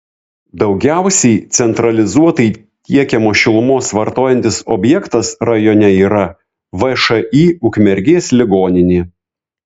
daugiausiai centralizuotai tiekiamos šilumos vartojantis objektas rajone yra všį ukmergės ligoninė